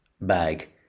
bag